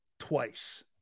Twice